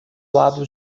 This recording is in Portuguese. lado